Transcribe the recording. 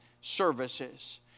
services